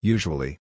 Usually